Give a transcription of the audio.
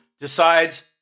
decides